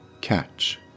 catch